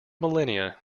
millenia